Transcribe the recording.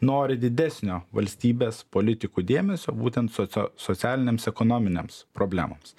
nori didesnio valstybės politikų dėmesio būtent socio socialinėms ekonominėms problemoms